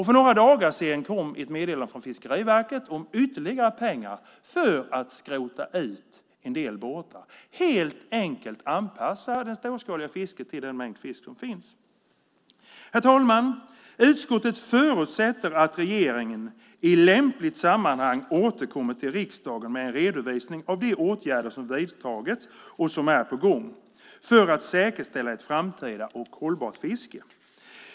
För några dagar sedan kom ett meddelande från Fiskeriverket om ytterligare pengar för att skrota ut en del båtar och helt enkelt anpassa det storskaliga fisket till den mängd fisk som finns. Herr talman! Utskottet förutsätter att regeringen i lämpligt sammanhang återkommer till riksdagen med en redovisning av de åtgärder som vidtagits och som är på gång för att säkerställa ett framtida hållbart fiske.